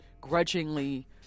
grudgingly